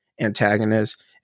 antagonist